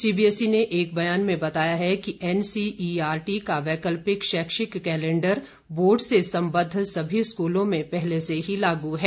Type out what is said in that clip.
CBSE ने एक बयान में बताया है कि एनसीईआरटी का वैकल्पिक शैक्षिक कैलेंडर बोर्ड से संबद्ध सभी स्कूलों में पहले से ही लागू है